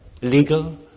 legal